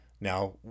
Now